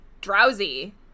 Drowsy